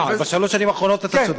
בשלוש השנים האחרונות אתה צודק.